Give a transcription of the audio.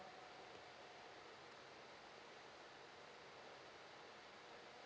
okay